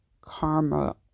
karma